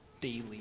daily